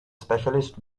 specialist